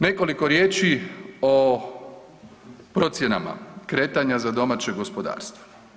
Nekoliko riječi o procjenama kretanja za domaće gospodarstvo.